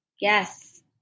Yes